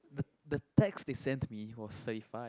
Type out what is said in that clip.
the the text they sent to me was thirty five